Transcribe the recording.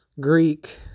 Greek